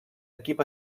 equip